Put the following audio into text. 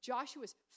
Joshua's